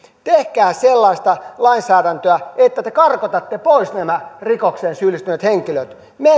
tehkää sellaista lainsäädäntöä että te karkotatte pois nämä rikokseen syyllistyneet henkilöt me